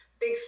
big